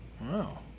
Wow